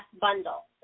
bundle